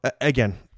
again